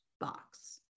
box